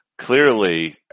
Clearly